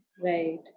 Right